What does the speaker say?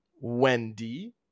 Wendy